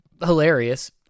hilarious